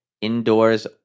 indoors